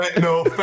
No